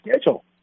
schedule